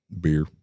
Beer